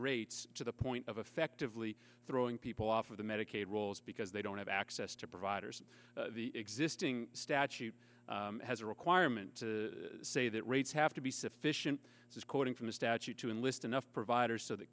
rates to the point of effectively throwing people off of the medicaid rolls because they don't have access to providers the existing statute has a requirement to say that rates have to be sufficient is quoting from the statute to enlist enough providers so th